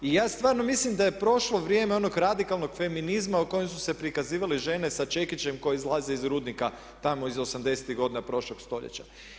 I ja stvarno mislim da je prošlo vrijeme onog radikalnog feminizma u kojem su se prikazivale žene sa čekićem koji izlazi iz rudnika tamo iz '80.-tih godina prošlog stoljeća.